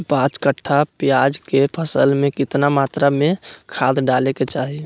पांच कट्ठा प्याज के फसल में कितना मात्रा में खाद डाले के चाही?